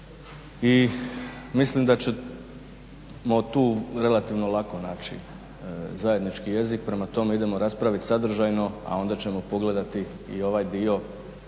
i mislim da ćemo tu relativno lako naći zajednički jezik, prema tome idemo raspraviti sadržajno, a onda ćemo pogledati i ovaj dio prema